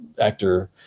actor